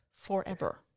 forever